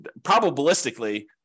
probabilistically